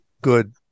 good